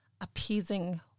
appeasing